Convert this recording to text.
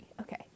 Okay